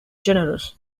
generous